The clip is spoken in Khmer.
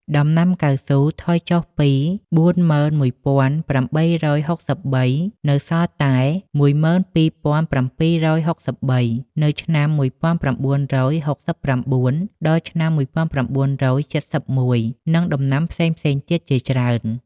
ដំណាំកៅស៊ូថយចុះពី ៤១៨៦៣ នៅសល់តែ ១២៧៦៣ នៅឆ្នាំ ១៩៦៩ ដល់ ឆ្នាំ១៩៧១ និងដំណាំ ផ្សេងៗទៀតជាច្រើន។